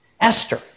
Esther